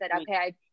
okay